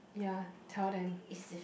ya tell them